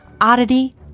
oddity